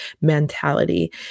mentality